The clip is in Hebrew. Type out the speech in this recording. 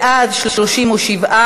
בעד, 37,